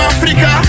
Africa